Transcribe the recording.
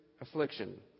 affliction